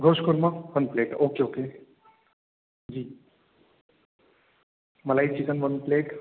गोश्त क़ोर्मा one plate okay okay जी मलाई चिकन वन प्लेट